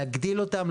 להגדיל אותם,